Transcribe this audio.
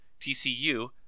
TCU